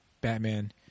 Batman